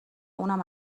اونم